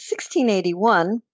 1681